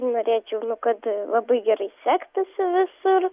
norėčiau nu kad labai gerai sektųsi visur